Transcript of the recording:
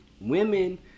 Women